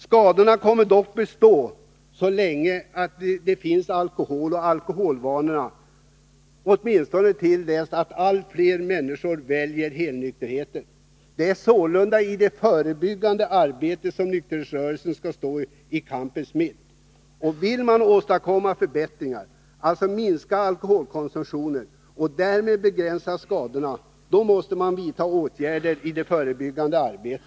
Skadorna kommer dock att bestå så länge det finns alkohol och alkoholvanor, åtminstone till dess att allt flera människor väljer helnykterheten. Det är sålunda i det förebyggande arbetet som nykterhetsrörelsen skall stå i kampens mitt. Vill man åstadkomma förbättringar — alltså minska alkoholkonsumtionen Nr 140 och därmed begränsa skadorna — då måste man vidta åtgärder i det Torsdagen den förebyggande arbetet.